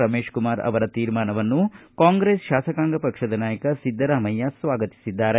ರಮೇಶ್ಕುಮಾರ್ ಅವರ ತೀರ್ಮಾನವನ್ನು ಕಾಂಗ್ರೆಸ್ ಶಾಸಕಾಂಗ ಪಕ್ಷದ ನಾಯಕ ಸಿದ್ದರಾಮಯ್ಯ ಸ್ವಾಗತಿಸಿದ್ದಾರೆ